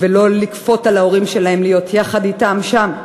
ולא לכפות על ההורים שלהם להיות יחד אתם שם,